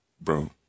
bro